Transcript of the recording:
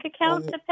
account